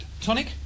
Tonic